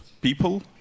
people